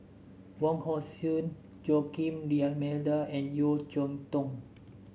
Wong Hong Suen Joaquim D'Almeida and Yeo Cheow Tong